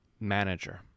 Manager